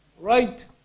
right